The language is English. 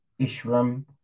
Ishram